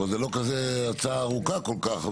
אבל זה לא כזה הצעה ארוכה כל כך,